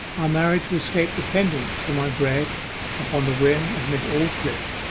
i married to escape dependence for my bread upon the whim of miss aldclyffe,